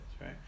right